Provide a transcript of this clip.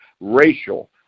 racial